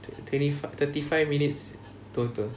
twen~ twenty five thirty five minutes total